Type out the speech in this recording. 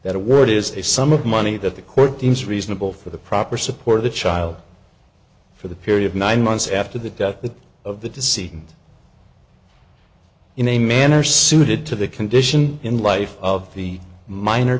that a word is a sum of money that the court deems reasonable for the proper support of the child for the period of nine months after the death of the deceased and in a manner suited to the condition in life of the minor